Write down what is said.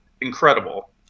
incredible